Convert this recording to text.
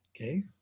Okay